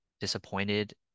disappointed